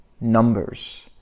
numbers